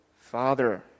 Father